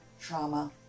trauma